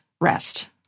rest